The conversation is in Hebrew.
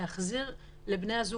להחזיר לבני הזוג,